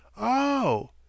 Oh